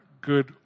good